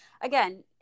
again